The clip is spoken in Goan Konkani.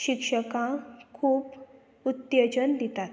शिक्षकां खूब उत्तेजन दितात